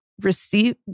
receive